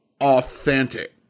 authentic